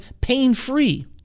pain-free